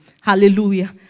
Hallelujah